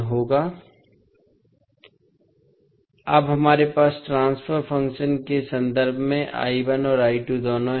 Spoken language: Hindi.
होगा अब हमारे पास ट्रांसफर फ़ंक्शन के संदर्भ में और दोनों हैं